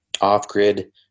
off-grid